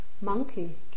monkey